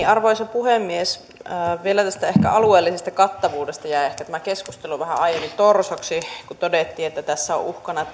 arvoisa puhemies vielä tästä alueellisesta kattavuudesta jäi ehkä keskustelu aiemmin vähän torsoksi kun todettiin että tässä on uhkana